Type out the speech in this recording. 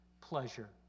pleasure